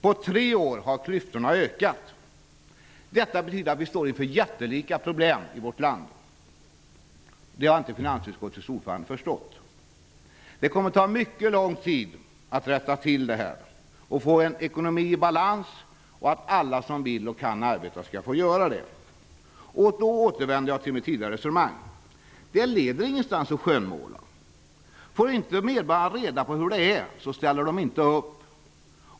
På tre år har klyftorna ökat. Detta betyder att vi står inför jättelika problem i vårt land. Det har inte finansutskottets ordförande förstått. Det kommer att ta mycket lång tid att rätta till det här, att få en ekonomi i balans och att möjliggöra att alla som vill och kan arbeta skall få göra det. Jag återvänder här till mitt tidigare resonemang. Skönmålning leder ingen vart. För det första: Om medborgarna inte får reda på hur det är, ställer de inte upp.